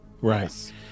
Right